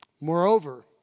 Moreover